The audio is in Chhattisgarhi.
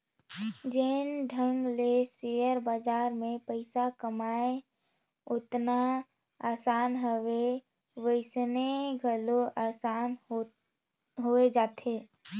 जेन ढंग ले सेयर बजार में पइसा कमई ओतना असान हवे वइसने घलो असान होए जाथे